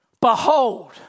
Behold